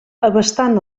abastant